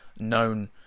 Known